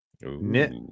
knit